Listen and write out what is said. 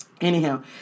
anyhow